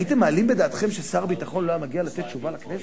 הייתם מעלים בדעתכם ששר הביטחון לא היה מגיע לתת תשובה לכנסת,